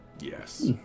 Yes